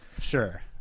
sure